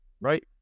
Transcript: Right